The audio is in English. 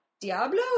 Diablo